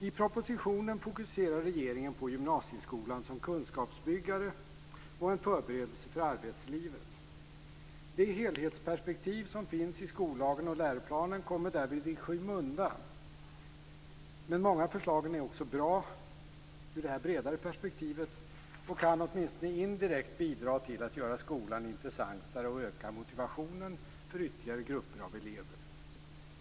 I propositionen fokuserar regeringen gymnasieskolan som kunskapsbyggare och en förberedelse för arbetslivet. Det helhetsperspektiv som finns i skollagen och läroplanen kommer därvid i skymundan, men många av förslagen är bra också ur detta bredare perspektiv och kan åtminstone indirekt bidra till att göra skolan intressantare och öka motivationen för ytterligare grupper av elever.